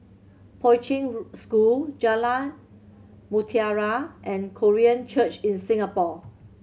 Poi Ching School Jalan Mutiara and Korean Church in Singapore